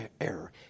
error